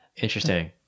Interesting